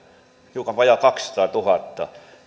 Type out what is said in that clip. hiukan vajaat kaksisataatuhatta